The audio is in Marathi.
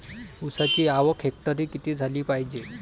ऊसाची आवक हेक्टरी किती झाली पायजे?